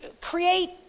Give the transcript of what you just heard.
create